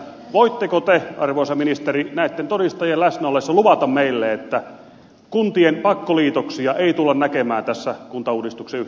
voitteko te arvoisa ministeri näitten todistajien läsnä ollessa luvata meille että kuntien pakkoliitoksia ei tulla näkemään tässä kuntauudistuksen yhteydessä